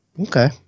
Okay